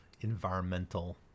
environmental